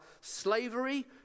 slavery